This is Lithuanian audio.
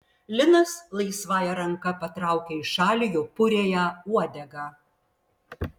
linas laisvąja ranka patraukia į šalį jo puriąją uodegą